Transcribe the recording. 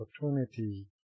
opportunity